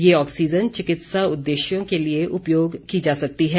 यह ऑक्सीजन चिकित्सा उद्देश्यों के लिए उपयोग की जा सकती है